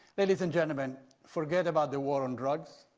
ladies and gentlemen, forget about the war on drugs,